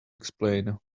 explain